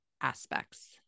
aspects